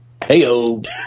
Heyo